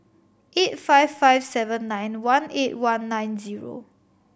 eight five five seven nine one eight one nine zero